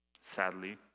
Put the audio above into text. sadly